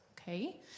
okay